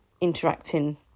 interacting